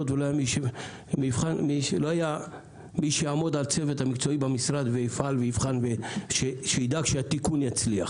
ולא היה מי שיעמוד על צוות המקצועי במשרד ושידאג שהתיקון יצליח.